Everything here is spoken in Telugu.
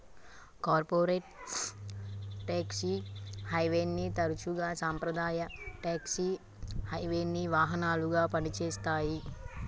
కార్పొరేట్ ట్యేక్స్ హెవెన్ని తరచుగా సాంప్రదాయ ట్యేక్స్ హెవెన్కి వాహనాలుగా పనిచేత్తాయి